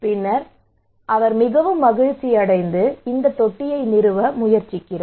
பின்னர் அவர் மிகவும் மகிழ்ச்சியடைந்து இந்த தொட்டியை நிறுவ முடிவு செய்கிறார்